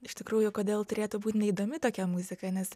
iš tikrųjų kodėl turėtų būt neįdomi tokia muzika nes